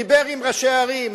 דיבר עם ראשי ערים,